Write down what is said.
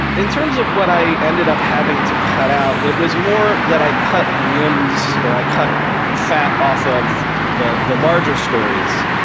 in terms of what i ended up having to cut out, it was more that i cut limbs, or i cut fat off of the larger larger stories,